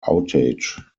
outage